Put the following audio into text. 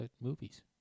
movies